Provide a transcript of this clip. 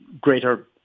greater